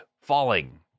falling